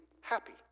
happy